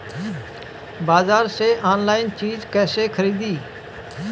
बाजार से आनलाइन चीज कैसे खरीदी?